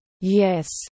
Yes